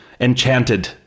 Enchanted